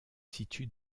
situe